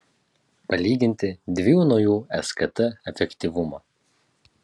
palyginti dviejų naujų skt efektyvumą